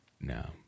No